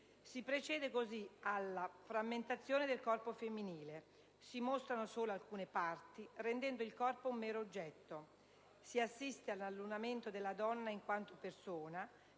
Si procede così alla frammentazione del corpo femminile; si mostrano solo alcune parti, rendendo il corpo un mero oggetto. Si assiste all'annullamento della donna in quanto persona